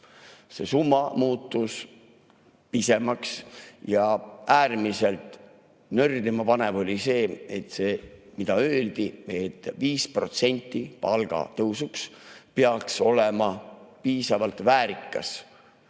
See summa muutus pisemaks ja äärmiselt nördima panev oli see, et öeldi, et 5% palgatõusuks peaks olema piisavalt väärikas.